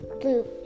Blue